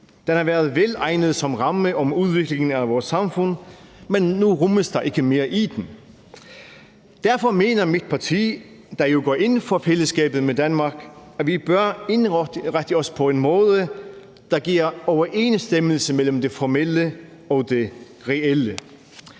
Den har været velegnet som ramme om udviklingen af vores samfund, men nu rummes der ikke mere i den. Derfor mener mit parti, der jo går ind for fællesskabet med Danmark, at vi bør indrette os på en måde, der giver overensstemmelse mellem det formelle og det reelle.